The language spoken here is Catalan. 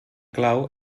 clau